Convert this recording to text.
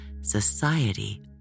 society